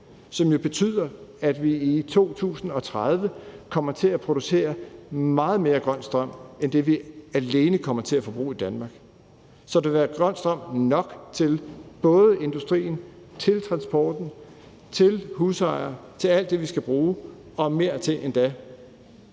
som betyder, at vi i 2030 kommer til at producere meget mere grøn strøm end det, vi alene kommer til at forbruge i Danmark. Så der vil være grøn strøm nok til både industrien, transporten, husejerne og alt det, vi skal bruge, og mere til endda.